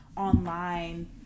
online